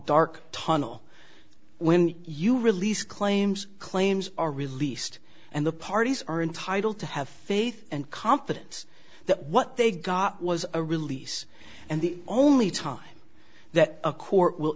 dark tunnel when you release claims claims are released and the parties are entitled to have faith and confidence that what they got was a release and the only time that a court will